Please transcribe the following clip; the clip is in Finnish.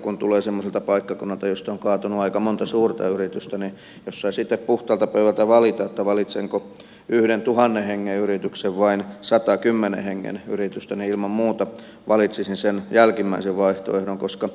kun tulee semmoiselta paikkakunnalta jolta on kaatunut aika monta suurta yritystä niin jos saisi itse puhtaalta pöydältä valita valitsenko yhden tuhannen hengen yrityksen vai sata kymmenen hengen yritystä niin ilman muuta valitsisin sen jälkimmäisen vaihtoehdon koska